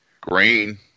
green